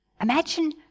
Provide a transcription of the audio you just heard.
Imagine